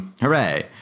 Hooray